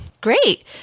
Great